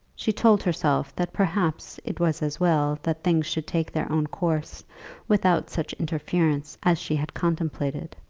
she told herself that perhaps it was as well that things should take their own course without such interference as she had contemplated.